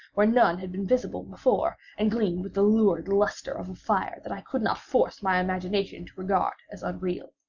where none had been visible before, and gleamed with the lurid lustre of a fire that i could not force my imagination to regard as unreal.